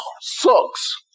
sucks